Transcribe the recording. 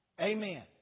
Amen